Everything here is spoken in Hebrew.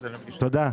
תודה.